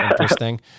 interesting